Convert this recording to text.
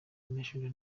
national